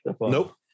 nope